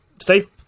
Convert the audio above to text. Steve